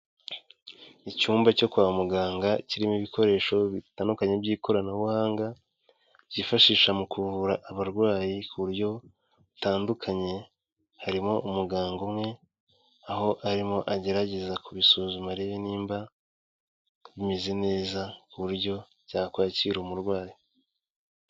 Icyumba cyo kwa muganga kirimo ibikoresho bitandukanye by'ikoranabuhanga, byifashisha mu kuvura abarwayi ku buryo butandukanye, harimo umuganga umwe, aho arimo agerageza kubisuzuma arebe nimba bimeze neza ku buryo byakwakira umurwayi.